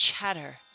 chatter